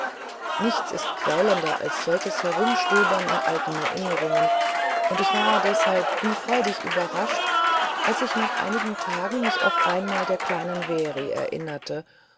nichts ist quälender als solches herumstöbern in alten erinnerungen und ich war deshalb wie freudig überrascht als ich nach einigen tagen mich auf einmal der kleinen very erinnerte